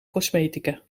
cosmetica